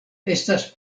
estas